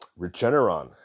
Regeneron